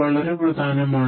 വളരെ പ്രധാനമാണ്